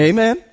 Amen